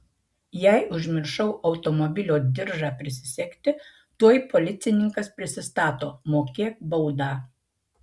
jei užmiršau automobilio diržą prisisegti tuoj policininkas prisistato mokėk baudą